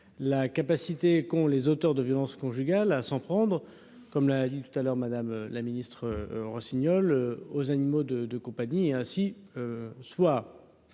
la capacité qu'ont les auteurs de violences conjugales à s'en prendre, comme l'a dit tout à l'heure, Madame la Ministre, Rossignol aux animaux de compagnie, ainsi soit